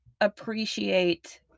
appreciate